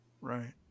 right